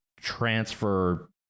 transfer